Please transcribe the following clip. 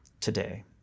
today